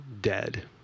dead